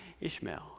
Ishmael